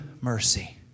mercy